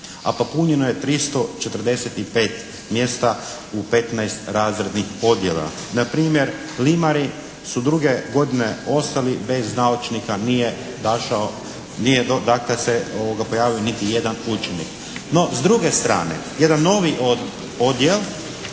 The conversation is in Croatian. a popunjeno je 345 mjesta u 15 razrednih odjela. Na primjer, limari su druge godine ostali bez naučnika, nije dakle se pojavio niti jedan učenik. No, s druge strane, jedan novi odjel